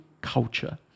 culture